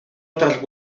otras